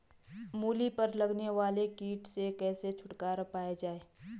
मूली पर लगने वाले कीट से कैसे छुटकारा पाया जाये?